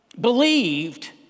believed